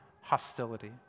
hostility